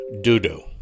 doo-doo